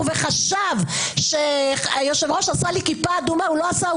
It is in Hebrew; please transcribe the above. וחשב שהיושב-ראש עשה לי כיפה אדומה הוא לא עשה.